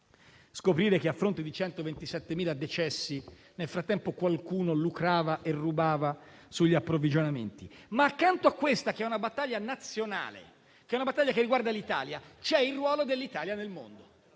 scoprire che, a fronte di 127.000 decessi, nel frattempo qualcuno lucrava e rubava sugli approvvigionamenti. Accanto a questa battaglia nazionale che riguarda l'Italia, c'è il ruolo dell'Italia nel mondo